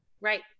Right